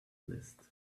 list